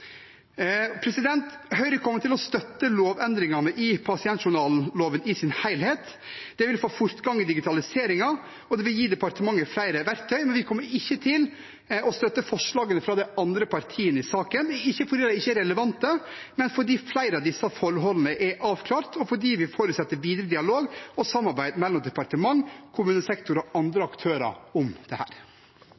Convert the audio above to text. Høyre kommer til å støtte lovendringene i pasientjournalloven i sin helhet. Det vil få fortgang i digitaliseringen, og det vil gi departementet flere verktøy. Men vi kommer ikke til å støtte forslagene fra de andre partiene i saken – ikke fordi de ikke er relevante, men fordi flere av disse forholdene er avklart, og fordi vi forutsetter videre dialog og samarbeid mellom departement, kommunesektor og andre